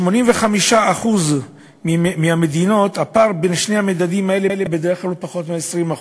ב-85% מהמדינות הפער בין שני המדדים האלה בדרך כלל הוא פחות מ-20%.